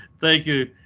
thank you.